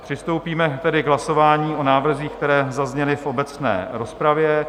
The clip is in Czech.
Přistoupíme tedy k hlasování o návrzích, které zazněly v obecné rozpravě.